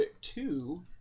two